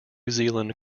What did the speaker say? zealand